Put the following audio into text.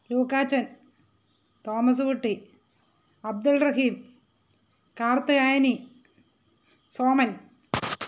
Lukachan Thomaskutty Abdul Rahim Karthyayani Soman